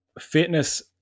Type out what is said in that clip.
fitness